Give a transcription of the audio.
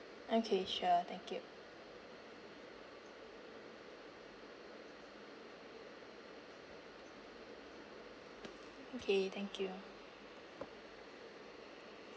okay sure thank you okay thank you